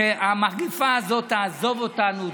שהמגפה הזאת תעזוב אותנו,